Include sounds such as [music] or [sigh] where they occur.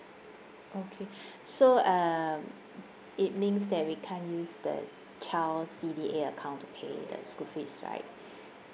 okay [breath] so um it means that we can't use the child C_D_A account to pay the school fees right